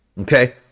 Okay